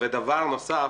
דבר נוסף